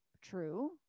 true